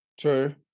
True